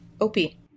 Opie